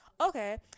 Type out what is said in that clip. okay